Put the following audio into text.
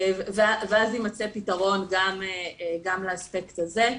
ואז יימצא פתרון גם לאספקט הזה.